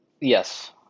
yes